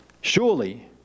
surely